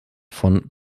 von